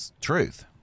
truth